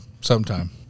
sometime